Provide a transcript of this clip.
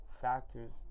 factors